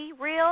real